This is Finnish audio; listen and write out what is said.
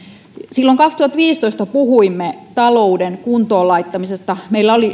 silloin vuonna kaksituhattaviisitoista puhuimme talouden kuntoon laittamisesta meillä oli